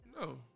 No